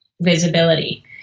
visibility